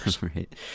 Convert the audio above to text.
Right